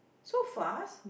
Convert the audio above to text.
so fast